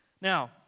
Now